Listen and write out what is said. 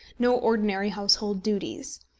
no ordinary household duties.